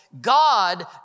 God